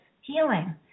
healing